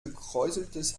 gekräuseltes